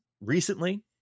Recently